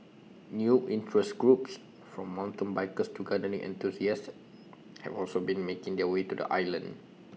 new interest groups from mountain bikers to gardening enthusiasts have also been making their way to the island